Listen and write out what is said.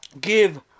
give